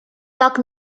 так